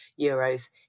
Euros